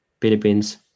Philippines